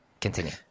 continue